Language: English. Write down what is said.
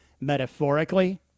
metaphorically